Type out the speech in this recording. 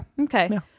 Okay